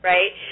Right